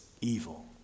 evil